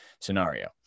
scenario